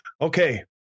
Okay